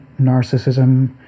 narcissism